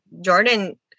Jordan